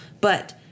But-